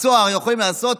שצהר יכולים לעשות,